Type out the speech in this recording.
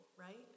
right